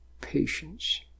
patience